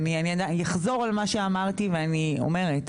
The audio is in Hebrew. אני אחזור על מה שאמרתי ואני אומרת.